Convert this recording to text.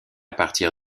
partir